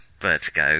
Vertigo